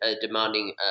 demanding